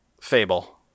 fable